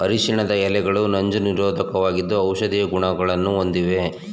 ಅರಿಶಿಣದ ಎಲೆಗಳು ನಂಜು ನಿರೋಧಕವಾಗಿದ್ದು ಔಷಧೀಯ ಗುಣಗಳನ್ನು ಹೊಂದಿವೆ